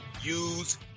use